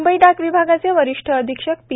मुंबई डाक विभागाचे वरिष्ठ अधिक्षक पी